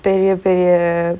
பெரிய பெரிய:periya periya err